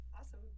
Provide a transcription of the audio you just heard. Awesome